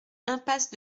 impasse